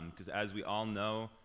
cause as we all know,